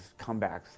comebacks